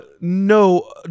no